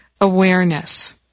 awareness